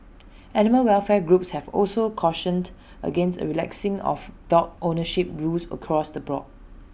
animal welfare groups have also cautioned against A relaxing of dog ownership rules across the board